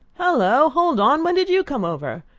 hallo hold on! when did you come over?